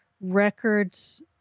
records